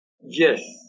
yes